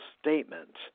statement